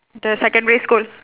the secondary school